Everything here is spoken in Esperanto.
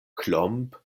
klomp